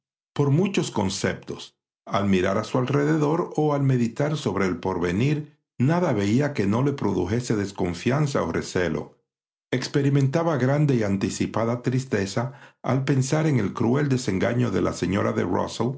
por muchos conceptos al mirar a su alrededor o al meditar sobre el porvenir nada veía que no le produjese desconfianza o recelo experimentaba grande y anticipada tristeza al pensar en el cruel desengaño de la señora de